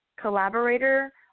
collaborator